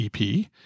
EP